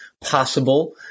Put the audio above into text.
possible